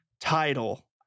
title